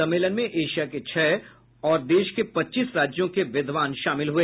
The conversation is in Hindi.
सम्मेलन में एशिया के छह और देश के पच्चीस राज्यों के विद्वान शामिल हुए